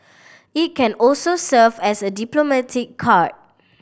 it can also serve as a diplomatic card